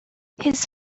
his